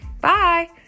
Bye